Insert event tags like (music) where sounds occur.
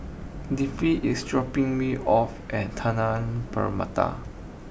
Leafy is dropping me off at (unintelligible) Permata